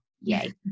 yay